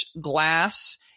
Glass